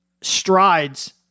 strides